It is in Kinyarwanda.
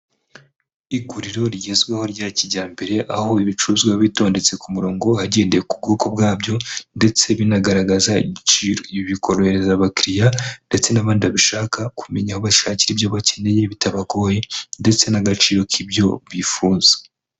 Iguriro rigezweho rya kijyambere, aho ibicuruzwa bitondetse ku murongo, hagendewe ku bwoko bwabyo ndetse binagaragaza ibiciro. ibib bikorohereza abakiliriya ndetse n'abandi bashaka, kumenya aho bashakira ibyo bakeneye, bitabagoye ndetse n'agaciro k'ibyo bifuza.